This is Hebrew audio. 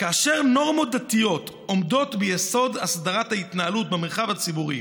"כאשר נורמות דתיות עומדות ביסוד הסדרת ההתנהלות במרחב הציבורי,